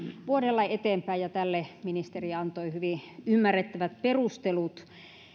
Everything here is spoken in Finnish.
vuodella eteenpäin ja tälle ministeri antoi hyvin ymmärrettävät perustelut